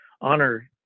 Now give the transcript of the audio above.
honor